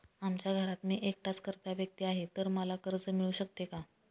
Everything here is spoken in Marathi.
आमच्या घरात मी एकटाच कर्ता व्यक्ती आहे, तर मला कर्ज मिळू शकते का?